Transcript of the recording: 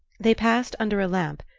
they passed under a lamp,